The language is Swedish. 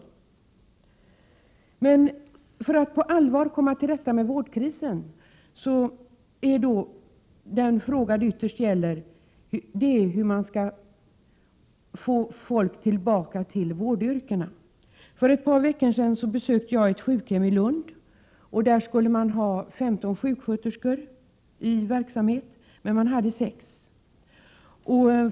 Om man verkligen skall komma till rätta med vårdkrisen är den fråga det ytterst gäller hur man skall få folk tillbaka till vårdyrkena. För ett par veckor sedan besökte jag ett sjukhem i Lund, där man skulle ha 15 sjuksköterskor i verksamhet men hade bara sex.